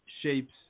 shapes